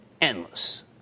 Endless